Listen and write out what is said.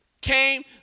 came